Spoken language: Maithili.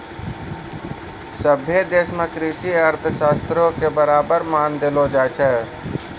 सभ्भे देशो मे कृषि अर्थशास्त्रो के बराबर मान देलो जाय छै